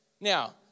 now